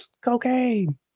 cocaine